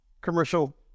commercial